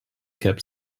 kept